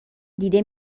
دیده